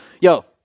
Yo